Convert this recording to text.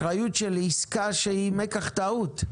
אחריות של עסקה שהיא מקח טעות.